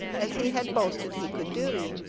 as he had boasted he could do.